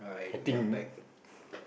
I think